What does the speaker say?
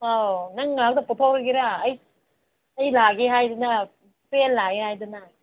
ꯑꯧ ꯅꯪꯅ ꯉꯥꯛꯇ ꯄꯨꯊꯣꯛꯑꯒꯦꯔꯥ ꯑꯩ ꯑꯩ ꯂꯥꯛꯑꯒꯦ ꯍꯥꯏꯗꯅ ꯐ꯭ꯔꯦꯟ ꯂꯥꯛꯑꯦ ꯍꯥꯏꯗꯅ